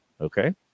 Okay